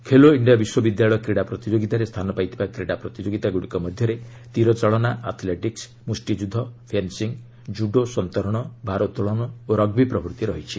Khelo India ବିଶ୍ୱବିଦ୍ୟାଳୟ କ୍ରୀଡ଼ା ପ୍ରତିଯୋଗିତାରେ ସ୍ଥାନ ପାଇଥିବା କ୍ରୀଡ଼ା ପ୍ରତିଯୋଗତାଗୁଡ଼ିକ ମଧ୍ୟରେ ତୀରଚାଳନା ଆଥ୍ଲେଟିକ୍ସ୍ ମୁଷ୍ଟିଯୁଦ୍ଧ ଫେନ୍ସିଂ କୁଡୋ ସନ୍ତରଣ ଭାରୋଉଳନ ଓ ରଗ୍ବି ପ୍ରଭୂତି ରହିଛି